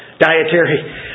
dietary